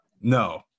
No